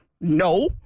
No